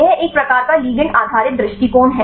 यह एक प्रकार का लिगैंड आधारित दृष्टिकोण है